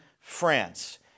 France